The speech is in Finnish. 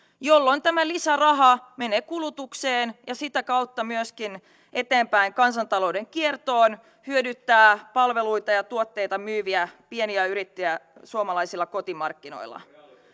jolloin tämä lisäraha menee kulutukseen ja sitä kautta myöskin eteenpäin kansantalouden kiertoon hyödyttää palveluita ja tuotteita myyviä pieniä yrittäjiä suomalaisilla kotimarkkinoilla